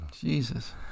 Jesus